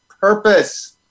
purpose